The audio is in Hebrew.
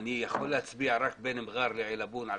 אני יכול להצביע על מרר ועלבון שמגיעים